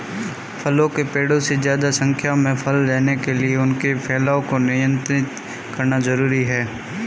फलों के पेड़ों से ज्यादा संख्या में फल लेने के लिए उनके फैलाव को नयन्त्रित करना जरुरी है